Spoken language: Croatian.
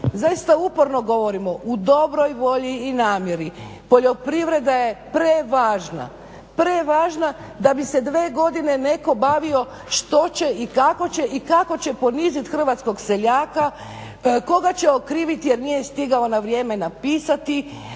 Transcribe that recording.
zaista uporno govorimo u dobroj volji i namjeri poljoprivreda je prevažna, prevažna da bi se dvije godine netko bavio što će i kako će i kako će poniziti hrvatskog seljaka, koga će okriviti jer nije stigao na vrijeme napisati,